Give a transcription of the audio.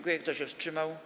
Kto się wstrzymał?